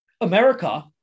America